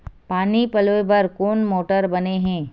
पानी पलोय बर कोन मोटर बने हे?